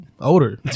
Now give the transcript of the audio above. older